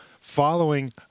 following